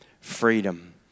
freedom